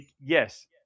yes